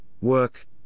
work